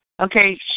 Okay